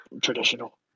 traditional